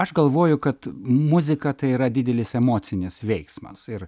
aš galvoju kad muzika tai yra didelis emocinis veiksmas ir